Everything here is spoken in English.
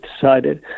decided